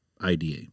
IDA